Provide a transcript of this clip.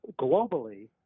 globally